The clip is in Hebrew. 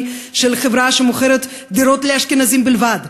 של חברה שמוכרת דירות לאשכנזים בלבד,